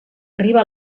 arriba